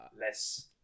Less